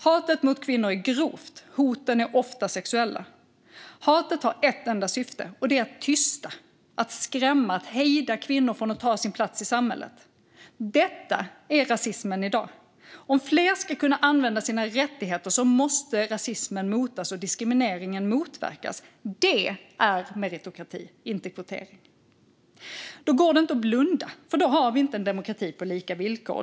Hatet mot kvinnor är grovt, och hoten är ofta sexuella. Hatet har ett enda syfte, och det är att tysta - att skrämma och hejda kvinnor från att ta sin plats i samhället. Detta är rasismen i dag. Om fler ska kunna använda sina rättigheter måste rasismen motas och diskrimineringen motverkas. Det är meritokrati, inte kvotering. Det går inte att blunda, för då har vi inte en demokrati på lika villkor.